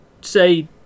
say